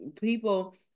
people